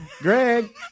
Greg